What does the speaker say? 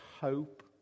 hope